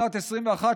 שנת 2021,